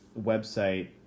website